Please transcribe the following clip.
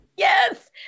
Yes